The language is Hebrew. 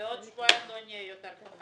בעוד שבועיים לא נהיה יותר חכמים.